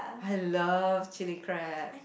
I love chili crab